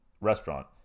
restaurant